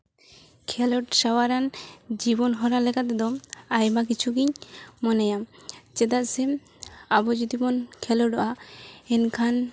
ᱠᱷᱮᱞᱳᱰ ᱥᱚᱵᱷᱟ ᱨᱮᱱ ᱡᱤᱵᱚᱱ ᱦᱚᱨᱟ ᱞᱮᱠᱟ ᱛᱮᱫᱚ ᱟᱭᱢᱟ ᱠᱤᱪᱷᱩ ᱜᱮᱧ ᱢᱚᱱᱮᱭᱟ ᱪᱮᱫᱟᱜ ᱥᱮ ᱟᱵᱚ ᱡᱩᱫᱤᱵᱚᱱ ᱠᱷᱮᱞᱳᱰᱚᱜᱼᱟ ᱮᱱᱠᱷᱟᱱ